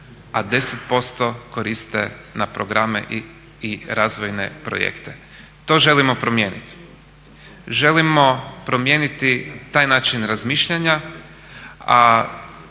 a 10% koriste na programe i razvojne projekte. To želimo promijeniti. Želimo promijeniti taj način razmišljanja,